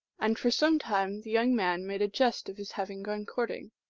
and for some time the young man made a jest of his having gone courting.